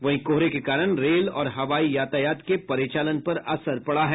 वहीं कोहरे के कारण रेल और हवाई यातायात के परिचालन पर असर पड़ा है